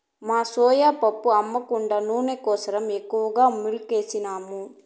మా సోయా పప్పు అమ్మ కుండా నూనె కోసరం ఎక్కువగా మిల్లుకేసినాము